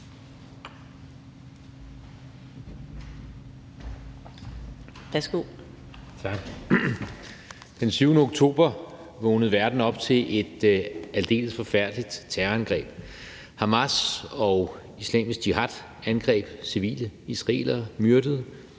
Den 7. oktober vågnede verden op til et aldeles forfærdeligt terrorangreb. Hamas og Islamisk Jihad angreb civile israelere og myrdede